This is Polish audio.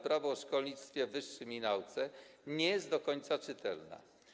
Prawo o szkolnictwie wyższym i nauce nie jest do końca czytelna.